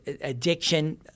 addiction